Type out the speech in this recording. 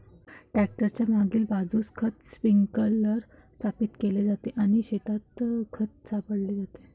tractor च्या मागील बाजूस खत स्प्रिंकलर स्थापित केले जाते आणि शेतात खत शिंपडले जाते